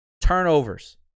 Turnovers